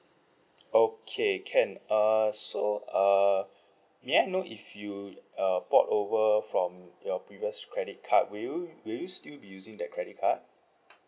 okay can err so err may I know if you uh port over from your previous credit card will you will you still be using that credit card